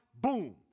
Boom